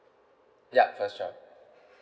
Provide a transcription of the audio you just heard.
yup first child